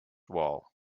wall